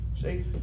See